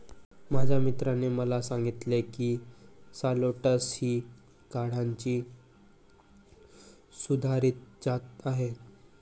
माझ्या मित्राने मला सांगितले की शालॉट्स ही कांद्याची सुधारित जात आहे